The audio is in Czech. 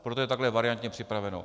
Proto je to takhle variantně připraveno.